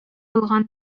булган